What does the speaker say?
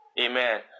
Amen